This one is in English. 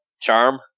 charm